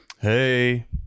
Hey